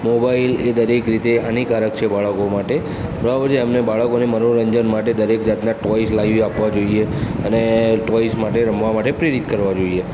mobile એ દરેક રીતે હાનિકારક છે બાળકો માટે બરાબર છે એમને બાળકોને મનોરંજન માટે દરેક જાતના ટોયઝ લાવી આપવા જોઈએ અને ટોયઝ માટે રમવા માટે પ્રેરિત કરવા જોઈએ